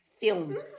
films